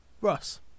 Russ